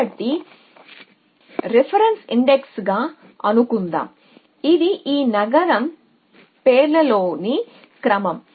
కాబట్టి రిఫరెన్స్ ఇండెక్స్గా అనుకుందాం ఇది ఈ నగరం పేర్లలోని క్రమం